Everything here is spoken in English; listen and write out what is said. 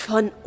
Von